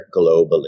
globally